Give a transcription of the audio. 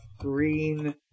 green